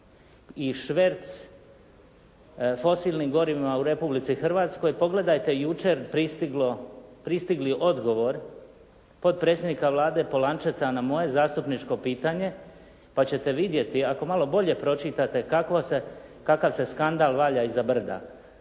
i šverc fosilnim gorivima u Republici Hrvatskoj. Pogledajte jučer pristigli odgovor potpredsjednika Vlade Polančeca na moje zastupničko pitanje pa ćete vidjeti, ako malo bolje pročitate kakav se skandal valja iza brda.